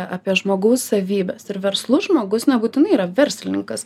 apie žmogaus savybes ir verslus žmogus nebūtinai yra verslininkas